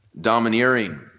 domineering